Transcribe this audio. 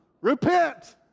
Repent